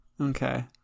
Okay